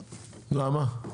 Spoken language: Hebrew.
למה?